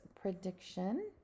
prediction